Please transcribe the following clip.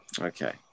Okay